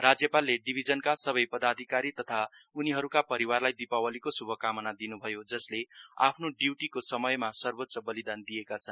राज्यपालले डिभिजनको सबै पद अधिकारी तथा उनीहरुका परिवारलाई दिपावलीको शुभकामना दिनुभयो जसले आफ्नो ड्यूटी को समयमा सर्वोच्च बलिदान दिएका छन्